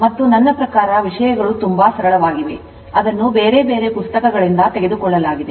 ಮತ್ತು ನನ್ನ ಪ್ರಕಾರ ವಿಷಯಗಳು ತುಂಬಾ ಸರಳವಾಗಿದೆ ಮತ್ತು ಅದನ್ನು ಬೇರೆ ಬೇರೆ ಪುಸ್ತಕಗಳಿಂದ ತೆಗೆದುಕೊಳ್ಳಲಾಗಿದೆ